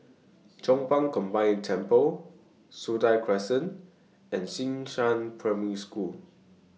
Chong Pang Combined Temple Sentul Crescent and Xishan Primary School